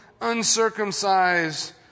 uncircumcised